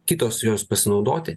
kitos jos pasinaudoti